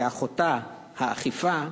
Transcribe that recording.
כאחותה האכיפה,